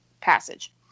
passage